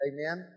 Amen